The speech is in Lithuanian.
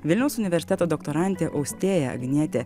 vilniaus universiteto doktorantė austėja agnietė